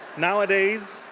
nowadays,